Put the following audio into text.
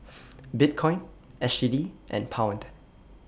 Bitcoin S G D and Pound